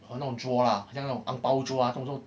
好像那种桌啦很像那种 angbao 桌啦